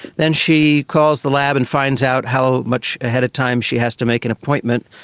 then she calls the lab and finds out how much ahead of time she has to make an appointment,